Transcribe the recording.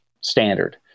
standard